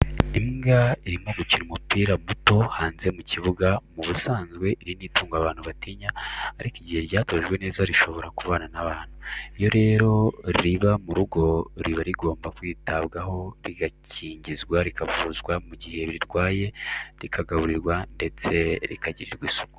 Imbwa irimo gukina umupira muto hanze mu kibuga, mu busanzwe iri ni itungo abantu batinya, ariko igihe ryatojwe neza rishobora kubana n'abantu. Iyo rero riba mu rugo riba rigomba kwitabwaho rigakingizwa rikavuzwa mu gihe rirwaye rikagaburirwa ndetse rikagirirwa isuku.